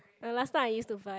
and last time I used to